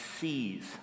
sees